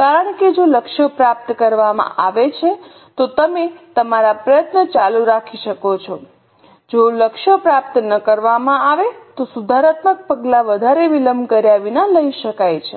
કારણ કે જો લક્ષ્યો પ્રાપ્ત કરવામાં આવે છે તો તમે તમારા પ્રયત્નો ચાલુ રાખી શકો છો જો લક્ષ્યો પ્રાપ્ત ન કરવામાં આવે તો સુધારાત્મક પગલાં વધારે વિલંબ કર્યા વિના લઈ શકાય છે